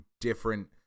different